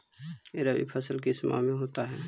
रवि फसल किस माह में होता है?